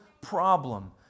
problem